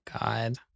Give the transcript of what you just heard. God